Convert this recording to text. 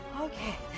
Okay